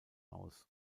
aus